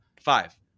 Five